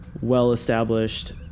well-established